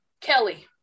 Kelly